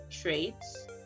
traits